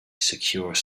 secure